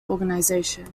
organisation